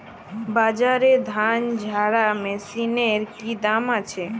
বাজারে ধান ঝারা মেশিনের কি দাম আছে?